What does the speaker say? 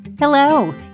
Hello